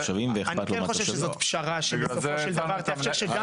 אני כן חושב שזו פשרה שבסופו של דבר תאפשר.